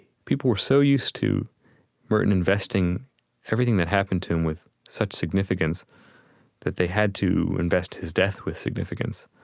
people were so used to merton investing everything that happened to him with such significance that they had to invest his death with significance.